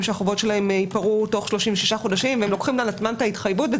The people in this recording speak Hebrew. שהחובות שלהם ייפרעו תוך 36 חודשים והם לוקחים על עצמם את ההתחייבות.